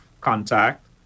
contact